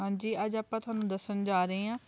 ਹਾਂਜੀ ਅੱਜ ਆਪਾਂ ਤੁਹਾਨੂੰ ਦੱਸਣ ਜਾ ਰਹੇ ਹਾਂ